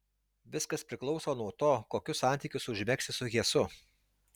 viskas priklauso nuo to kokius santykius užmegsi su hesu